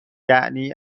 یعنی